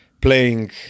playing